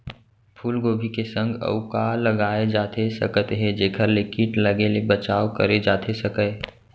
फूलगोभी के संग अऊ का लगाए जाथे सकत हे जेखर ले किट लगे ले बचाव करे जाथे सकय?